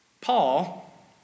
Paul